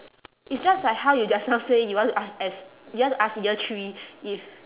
it's just like how you just now say you want to ask as you want to ask year three if